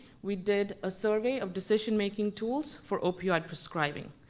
we did a survey of decision making tools for opioid prescribing.